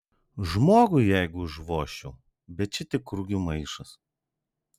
žmogui jeigu užvožčiau bet čia tik rugių maišas